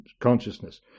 consciousness